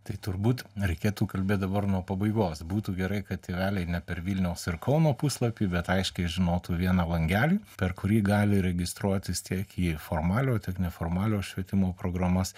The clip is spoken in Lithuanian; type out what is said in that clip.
tai turbūt reikėtų kalbėt dabar nuo pabaigos būtų gerai kad tėveliai ne per vilniaus ir kauno puslapį bet aiškiai žinotų vieną langelį per kurį gali registruotis tiek į formaliojo tiek neformaliojo švietimo programas